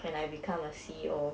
when I become a C_E_O